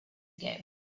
ago